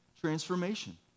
transformation